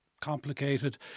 complicated